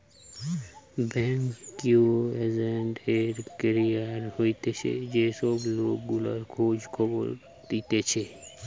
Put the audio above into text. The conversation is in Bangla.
বেংকিঙ এজেন্ট এর ক্যারিয়ার হতিছে যে সব লোক গুলা খোঁজ খবর দিতেছে